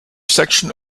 section